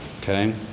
okay